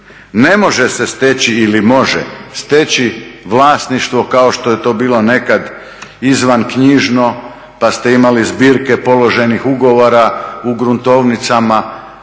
Ne može se steći ili može steći vlasništvo kao što je to bilo nekad izvanknjižno pa ste imali zbirke položenih ugovora u gruntovnicama.